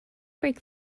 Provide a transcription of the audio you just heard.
break